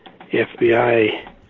fbi